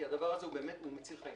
כי הדבר הזה הוא מציל חיים.